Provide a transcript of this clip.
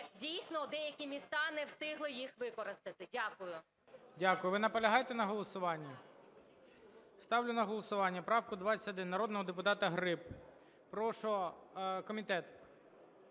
дійсно деякі міста не встигли їх використати. Дякую. ГОЛОВУЮЧИЙ. Дякую. Ви наполягаєте на голосуванні? Ставлю на голосування правку 21 народного депутата Гриб. Прошу комітет,